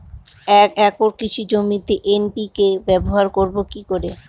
এক একর কৃষি জমিতে এন.পি.কে ব্যবহার করব কি করে?